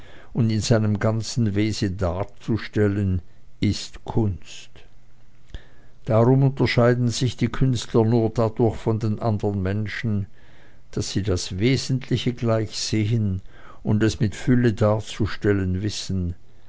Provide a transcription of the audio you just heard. und in seinem ganzen wesen darzustellen ist kunst darum unterscheiden sich die künstler nur dadurch von den anderen menschen daß sie das wesentliche gleich sehen und es mit fülle darzustellen wissen